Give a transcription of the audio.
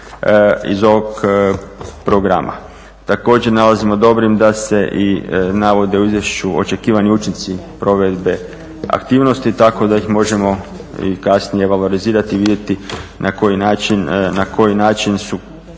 iz ovog programa. Također nalazimo dobrim da se i navode u izvješću očekivani učinci provedbe aktivnosti, tako da ih možemo i kasnije valorizirati i vidjeti na koji način su,